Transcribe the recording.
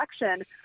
election